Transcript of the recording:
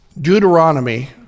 Deuteronomy